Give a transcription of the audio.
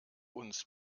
uns